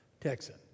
Texan